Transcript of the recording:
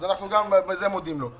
אז אנחנו גם על זה מודים לו.